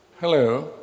Hello